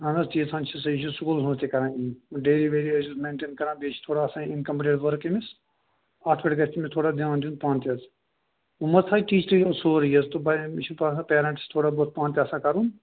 اَہَن حظ تیٖژ ہَن چھُ صحی یہِ چھُ سکوٗلس منٛز تہِ کران ڈیری ویٚری ٲسۍزِہوس مینٛٹین کران بیٚیہِ چھُ تھوڑا آسان اِن کمپُلیٖٹ ؤرٕک أمِس اَتھ پیٚٚٹھ گژھِ أمِس تھوڑا دیان دیُن پانہٕ تہِ حظ وۅنۍ ما تھاوِ ٹیٖچرے یِم سورُے مےٚ چھُ باسان پیٚرینٛٹٕس چھُ تھوڑا بہُت پانہٕ تہِ آسان کرُن